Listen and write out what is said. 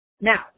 Now